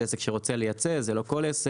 זה עסק שרוצה לייצא, ולזה לא כל עסק.